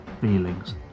feelings